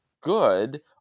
good